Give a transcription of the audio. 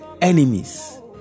enemies